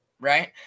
right